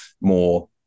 more